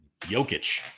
Jokic